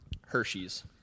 Hershey's